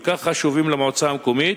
כל כך חשובים למועצה המקומית,